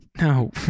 No